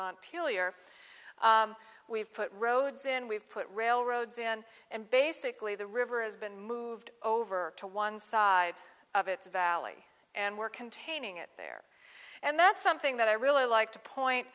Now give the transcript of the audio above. montpelier we've put rhodes in we've put railroads in and basically the river has been moved over to one side of its valley and we're containing it there and that's something that i really like to point